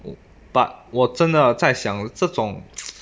but 我真的在想这种